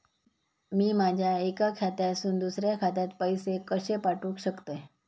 मी माझ्या एक्या खात्यासून दुसऱ्या खात्यात पैसे कशे पाठउक शकतय?